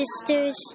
sisters